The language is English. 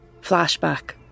Flashback